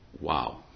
Wow